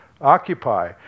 occupy